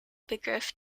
begriff